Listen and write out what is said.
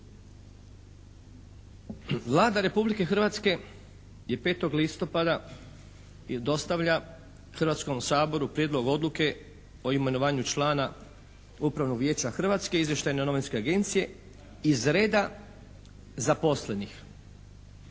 Vlada Republike Hrvatske je 5. listopada dostavlja Hrvatskom saboru Prijedlog odluke o imenovanju člana Upravnog vijeća Hrvatske izvještajne novinske agencije iz reda zaposlenih